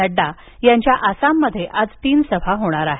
नड्डा यांच्या आसाममध्ये आज तीन सभा होणार आहेत